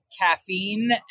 caffeine